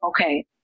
okay